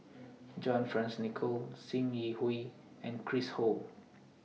John Fearns Nicoll SIM Yi Hui and Chris Ho